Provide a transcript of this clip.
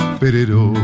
perero